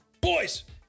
Boys